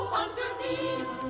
underneath